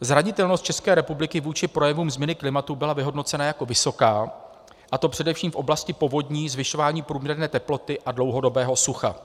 Zranitelnost České republiky vůči projevům změny klimatu byla vyhodnocena jako vysoká, a to především v oblasti povodní, zvyšování průměrné teploty a dlouhodobého sucha.